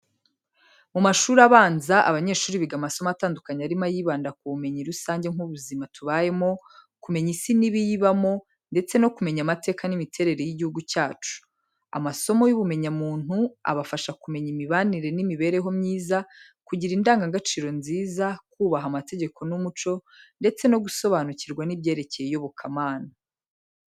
Mu mashuri abanza, abanyeshuri biga amasomo atandukanye arimo ayibanda ku bumenyi rusange nk’ubuzima tubayemo, kumenya isi n’ibiyibamo, ndetse no kumenya amateka n’imiterere y’igihugu cyacu. Amasomo y’ubumenyamuntu, abafasha kumenya imibanire n’imibereho myiza, kugira indangagaciro nziza, kubaha amategeko n’umuco, ndetse no gusobanukirwa n’ibyerekeye iyobokamana.